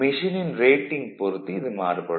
மெஷினின் ரேட்டிங் பொறுத்து இது மாறுபடும்